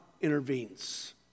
intervenes